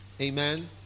amen